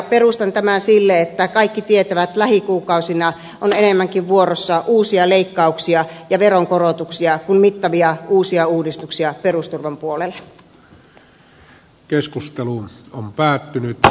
perustan tämän sille että kaikki tietävät että lähikuukausina on enemmänkin vuorossa uusia leikkauksia ja veronkorotuksia kuin mittavia uusia uudistuksia perusturvan puolelle